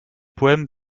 poèmes